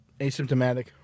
asymptomatic